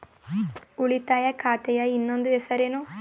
ಉಳಿತಾಯ ಖಾತೆಯ ಇನ್ನೊಂದು ಹೆಸರೇನು?